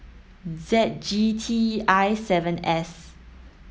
Z G T I seven S